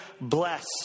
bless